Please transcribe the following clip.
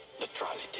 Neutrality